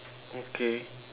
okay